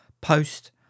post